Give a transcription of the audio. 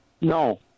No